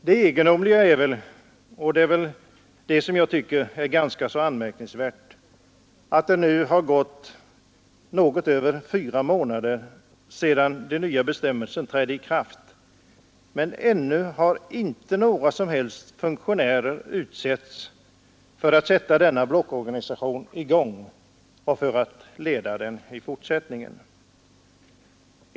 Det egendomliga — och enligt min mening ganska anmärkningsvärda — är att det nu har gått något mer än fyra månader sedan de nya bestämmelserna trätt i kraft, men ännu har inte några som helst funktionärer utsetts för att sätta i gång denna blockorganisation och för att leda den i fortsättningen.